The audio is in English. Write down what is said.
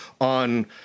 on